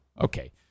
okay